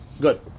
Good